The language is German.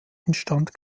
instand